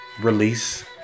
release